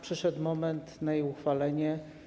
Przyszedł moment na jej uchwalenie.